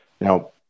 Now